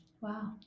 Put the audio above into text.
Wow